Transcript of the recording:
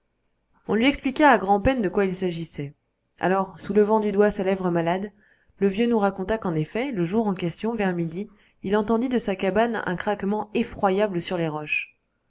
on lui expliqua à grand'peine de quoi il s'agissait alors soulevant du doigt sa lèvre malade le vieux nous raconta qu'en effet le jour en question vers midi il entendit de sa cabane un craquement effroyable sur les roches